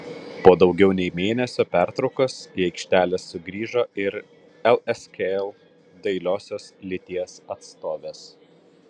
po daugiau nei mėnesio pertraukos į aikšteles sugrįžo ir lskl dailiosios lyties atstovės